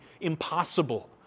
impossible